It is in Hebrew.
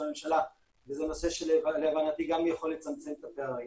הממשלה וזה נושא שלהבנתי גם יכול לצמצם את הפערים.